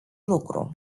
lucru